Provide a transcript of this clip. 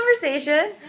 conversation